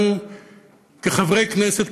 לנו כחברי כנסת,